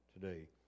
today